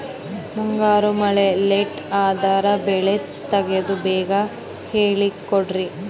ಮುಂಗಾರು ಮಳೆ ಲೇಟ್ ಅದರ ಬೆಳೆ ಬಿತದು ಬಗ್ಗೆ ಹೇಳಿ ಕೊಡಿ?